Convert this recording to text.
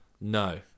No